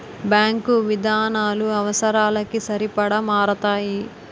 bank విధానాలు అవసరాలకి సరిపడా మారతాయి